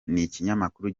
n’ikinyamakuru